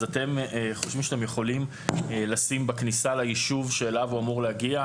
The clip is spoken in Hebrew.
אתם חושבים שאתם יכולים לשים בכניסה ליישוב שאליו הוא אמור להגיע